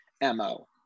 mo